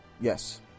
Yes